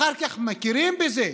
אחר כך מכירים בזה,